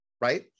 right